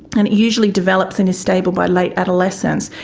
and it usually develops and is stable by late adolescence,